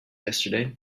yesterday